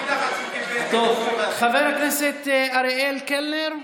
חבר הכנסת אריאל קלנר,